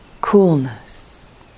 coolness